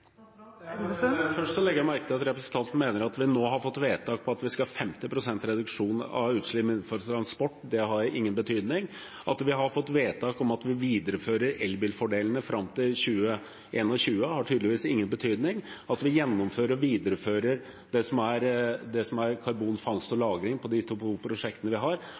Først legger jeg merke til at representanten mener at det at vi nå har fått vedtak på at vi skal ha 50 pst. reduksjon av utslipp innenfor transport, ikke har noen betydning. At vi har fått vedtak om at vi viderefører elbilfordelene fram til 2021, har tydeligvis ingen betydning. At vi gjennomfører og viderefører karbonfangst og -lagring på de to prosjektene vi har,